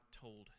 told